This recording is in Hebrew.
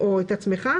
או את עצמך,